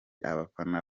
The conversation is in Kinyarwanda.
abafana